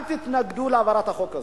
אל תתנגדו להעברת החוק הזה.